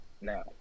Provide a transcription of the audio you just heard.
Now